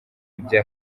bya